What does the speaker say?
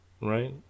Right